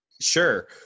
Sure